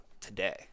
today